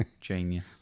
genius